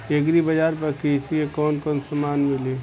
Agri बाजार पर कृषि के कवन कवन समान मिली?